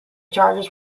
charges